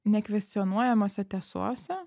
nekvestionuojamose tiesose